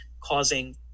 causing